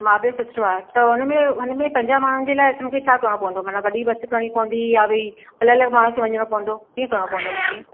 महाबलेश्वर सुठो आहे त हुन में पंजाह माण्हुनि जे लाइ मूंखे छा करिणो पवंदो मतलबु वॾी बसि करिणी पवंदी या भाई अलॻि अलॻि माण्हुनि खे वञिणो पवंदो कीअं करिणो पवंदो मूंखे